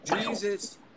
Jesus